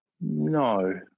No